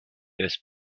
this